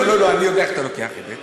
לא לא לא, אני יודע איך אתה לוקח את זה.